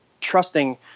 trusting